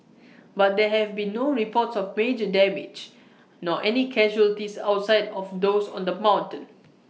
but there have been no reports of major damage nor any casualties outside of those on the mountain